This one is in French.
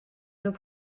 nous